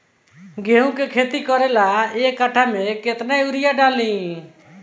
गेहूं के खेती करे ला एक काठा में केतना युरीयाँ डाली?